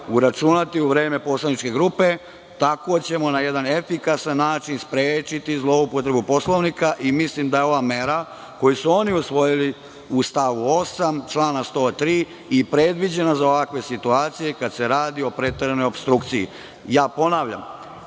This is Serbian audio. uračunati u vreme poslaničke grupe. Tako ćemo na jedan efikasan način sprečiti zloupotrebu Poslovnika. Mislim da je ova mera koju su oni usvojili u stavu 8. člana 103. i predviđena za ovakve situacije kada se radi o preteranoj opstrukciji. Ponavljam,